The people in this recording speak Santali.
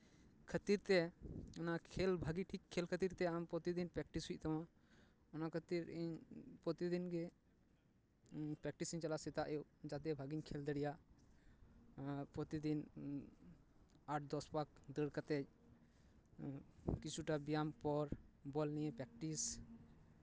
ᱠᱷᱟᱹᱛᱤᱨ ᱛᱮ ᱚᱱᱟ ᱠᱷᱮᱞ ᱵᱷᱟᱹᱜᱤ ᱴᱷᱤᱠ ᱠᱷᱮᱞ ᱠᱷᱟᱹᱛᱤᱨ ᱛᱮ ᱟᱢ ᱯᱨᱚᱛᱤ ᱫᱤᱱ ᱯᱨᱮᱠᱴᱤᱥ ᱦᱩᱭᱩᱜ ᱛᱟᱢᱟ ᱚᱱᱟ ᱠᱷᱟᱹᱛᱤᱨ ᱤᱧ ᱯᱨᱚᱛᱤ ᱫᱤᱱ ᱜᱮ ᱯᱨᱮᱠᱴᱤᱥ ᱤᱧ ᱪᱟᱞᱟᱜᱼᱟ ᱥᱮᱛᱟᱜ ᱟᱹᱭᱩᱵ ᱡᱟᱛᱮ ᱵᱷᱟᱹᱜᱤᱧ ᱠᱷᱮᱞ ᱫᱟᱲᱮᱭᱟᱜ ᱯᱨᱚᱛᱤᱫᱤᱱ ᱟᱴ ᱫᱚᱥ ᱯᱟᱠ ᱫᱟᱹᱲ ᱠᱟᱛᱮᱫ ᱠᱤᱪᱷᱩᱴᱟ ᱵᱮᱭᱟᱢ ᱯᱚᱨ ᱵᱚᱞ ᱱᱤᱭᱮ ᱯᱨᱮᱠᱴᱤᱥ